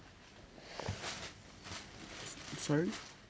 sorry